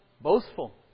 boastful